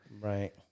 right